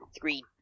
three